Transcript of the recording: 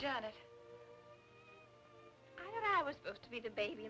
just to be the baby